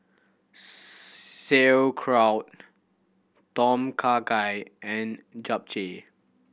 Sauerkraut Tom Kha Gai and Japchae